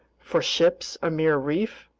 for ships a mere reef,